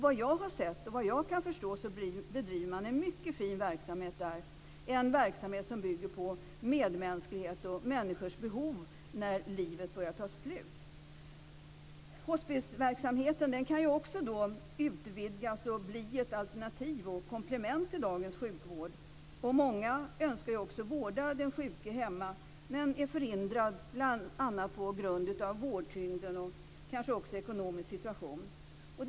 Vad jag har sett och vad jag kan förstå är att man där bedriver en mycket fin verksamhet, som bygger på medmänsklighet och människors behov när livet börjar ta slut. Hospisverksamheten kan också utvidgas och bli ett alternativ och ett komplement i dagens sjukvård. Många önskar också vårda den sjuke hemma men är förhindrade bl.a. på grund av vårdtyngden och kanske också den ekonomiska situationen.